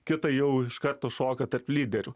kitą jau iš karto šoka tarp lyderių